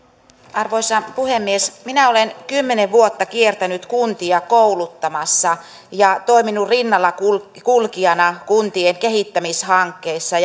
arvoisa puhemies minä olen kymmenen vuotta kiertänyt kuntia kouluttamassa ja toiminut rinnalla kulkijana kuntien kehittämishankkeissa